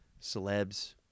celebs